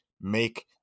make